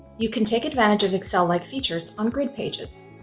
you can take advantage of excel like features on grid pages.